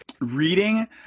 reading